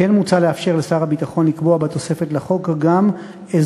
כמו כן מוצע לאפשר לשר הביטחון לקבוע בתוספת לחוק גם אזורים